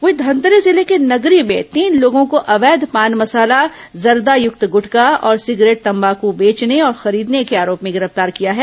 वहीं धमतरी जिले के नगरी में तीन लोगों को अवैध पान मसाला जर्दायुक्त गुटखा और सिगरेट तम्बाकू बेचने और खरीदने के आरोप में गिरफ्तार किया गया है